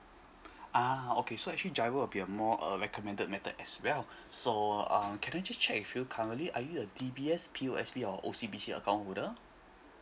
ah okay so actually G_I_R_O will be a more uh recommended method as well so um can I just check with you currently are you a D_B_S P_O_S_B or _O_C_B_C account holder